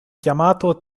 chiamato